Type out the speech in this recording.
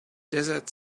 desert